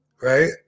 Right